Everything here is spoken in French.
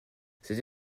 cette